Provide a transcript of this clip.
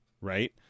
right